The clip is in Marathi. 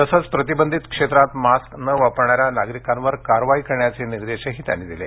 तसेच प्रतिबंधित क्षेत्रात मास्क न वापरणाऱ्या नागरिकांवर कारवाई करण्याचे निर्देशही त्यांनी दिले